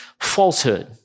falsehood